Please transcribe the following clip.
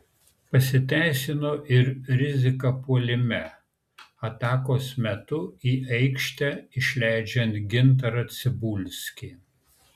pasiteisino ir rizika puolime atakos metu į aikštę išleidžiant gintarą cibulskį